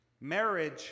Marriage